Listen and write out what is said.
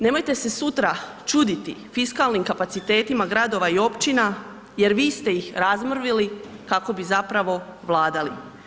Nemojte se sutra čuditi fiskalnim kapacitetima gradova i općina jer vi ste ih razmrvili kako bi zapravo vladali.